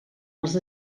els